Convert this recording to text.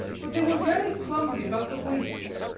but they were very clumsy about the waist.